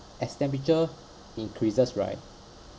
as temperature increases right